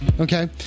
okay